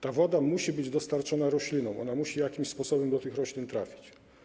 Ta woda musi być dostarczona roślinom, ona musi jakimś sposobem do tych roślin trafić.